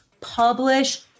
publish